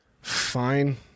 Fine